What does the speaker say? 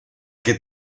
que